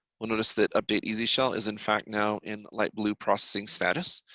will notice that update easy shell is in fact now in light blue processing status.